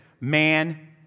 man